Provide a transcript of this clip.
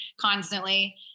constantly